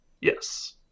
Yes